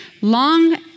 long